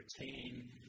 retain